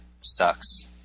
sucks